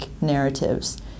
narratives